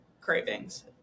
cravings